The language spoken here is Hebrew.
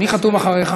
מי חתום אחריך?